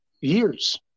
years